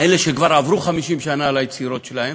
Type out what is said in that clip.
אלה שכבר עברו 50 שנה על היצירות שלהם,